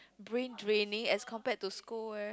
brain draining as compared to school eh